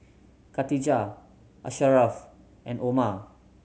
Katijah Asharaff and Omar